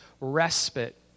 respite